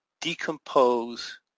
decompose